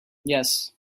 yes